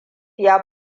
ya